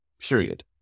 Period